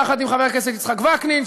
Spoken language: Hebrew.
יחד עם חבר הכנסת יצחק וקנין,